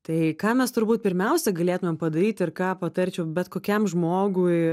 tai ką mes turbūt pirmiausia galėtumėm padaryt ir ką patarčiau bet kokiam žmogui